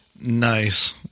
Nice